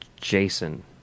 Jason